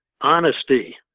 honesty